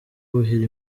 kuhira